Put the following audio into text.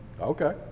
Okay